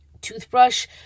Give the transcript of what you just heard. toothbrush